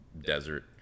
desert